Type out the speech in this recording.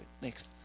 next